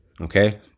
Okay